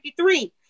1953